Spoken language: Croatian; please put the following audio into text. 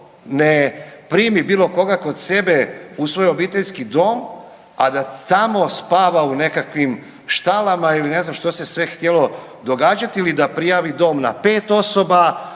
ne primi bilo koga kod sebe u svoj obiteljski dom, a da tamo spava u nekakvim štalama ili ne znam što se sve htjelo događati ili da prijavi dom na pet osoba,